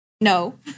no